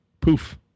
Poof